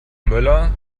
möller